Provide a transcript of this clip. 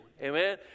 Amen